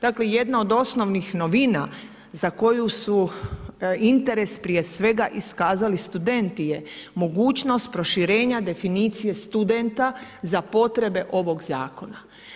Dakle, jedna od osnovnih novina, za koju su interes prije svega iskazali studenti, je mogućnost proširenja definicije studenta, za potrebe ovog zakona.